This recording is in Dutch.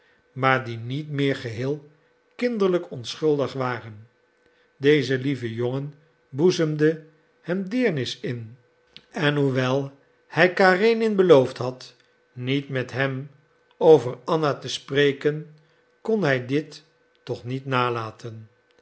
maar die niet meer geheel kinderlijk onschuldig waren deze lieve jongen boezemde hem deernis in en hoewel hij karenin beloofd had niet met hem over anna te spreken kon hij dit toch niet nalaten